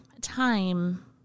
time